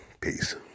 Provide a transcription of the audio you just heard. Peace